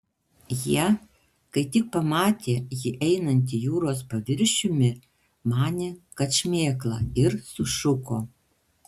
jie kai tik pamatė jį einantį jūros paviršiumi manė kad šmėkla ir sušuko